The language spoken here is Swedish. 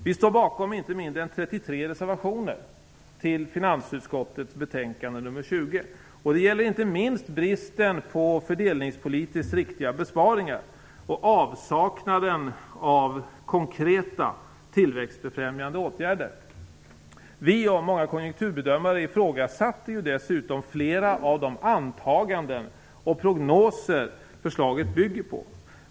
Vi står bakom inte mindre än 33 reservationer till finansutskottets betänkande nr 20. De gäller inte minst bristen på fördelningspolitiskt riktiga besparingar och avsaknaden av konkreta tillväxtfrämjande åtgärder. Vi och många konjunkturbedömare ifrågasatta dessutom flera av de antaganden och prognoser som förslaget bygger på.